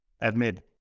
admit